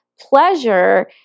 pleasure